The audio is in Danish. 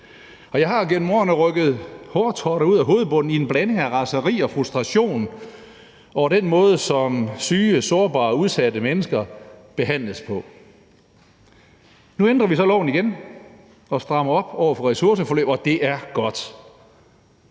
Jeg har igennem årene rykket hårtotter ud af hovedbunden i en blanding af raseri og frustration over den måde, som syge, sårbare og udsatte mennesker behandles på. Nu ændrer vi så loven igen og strammer op over for ressourceforløb, og det er godt.